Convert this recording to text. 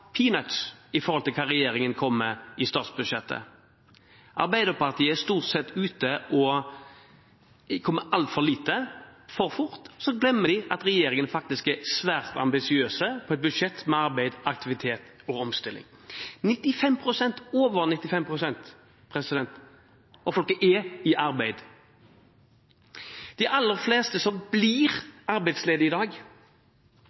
i forhold til hva regjeringen kom med i statsbudsjettet. Arbeiderpartiet kommer stort sett med altfor lite for fort, og så glemmer de at regjeringen faktisk er svært ambisiøs, med et budsjett for arbeid, aktivitet og omstilling. Over 95 pst. av folket er i arbeid. De aller fleste som blir arbeidsledige i dag,